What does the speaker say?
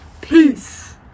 peace